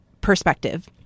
perspective